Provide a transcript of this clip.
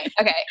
Okay